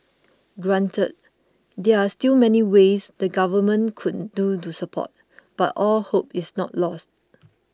granted there are still many ways the government could do to support but all hope is not lost